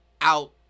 out